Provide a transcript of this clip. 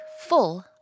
Full